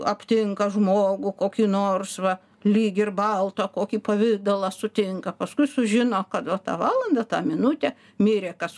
aptinka žmogų kokį nors va lyg ir baltą kokį pavidalą sutinka paskui sužino kad va tą valandą tą minutę mirė kas